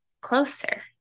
closer